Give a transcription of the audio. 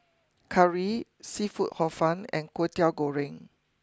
Curry Seafood Hor fun and Kway Teow Goreng